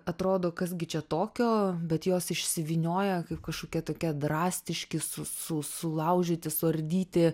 atrodo kas gi čia tokio bet jos išsivynioja kažkokia tokia drastiški su su sulaužyti suardyti